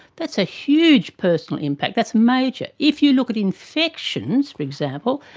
that's a huge personal impact, that's major. if you look at infections, for example,